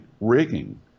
rigging